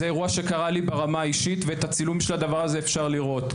זה אירוע שקרה לי ברמה האישית ואת הצילום של הדבר הזה אפשר לראות,